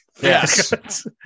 Yes